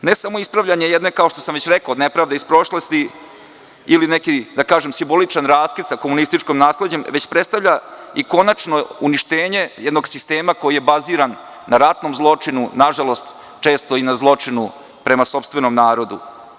Ne samo ispravljanje jedne, kao što sam već rekao, nepravdi iz prošlosti ili neki, da tako kažem, simboličan raskid sa komunističkim nasleđem, već predstavlja i konačno uništenje jednog sistema koji je baziran na ratnom zločinu, a nažalost često i na zločinu prema sopstvenom narodu.